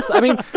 i mean,